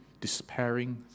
despairing